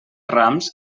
rams